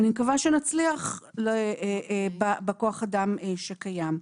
אני מקווה שנצליח בכוח אדם שקיים.